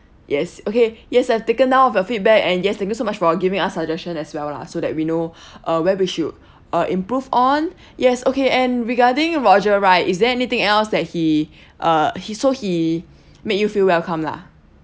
yes okay yes I've taken down of your feedback and yes thank you so much for giving us suggestion as well lah so that we know uh where we should uh improve on yes okay and regarding roger right is there anything else that he uh he so he made you feel welcome lah